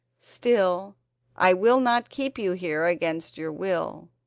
still i will not keep you here against your will.